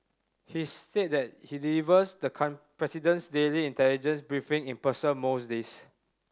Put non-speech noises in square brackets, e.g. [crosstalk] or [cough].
he's said that he delivers the [unintelligible] president's daily intelligence briefing in person most days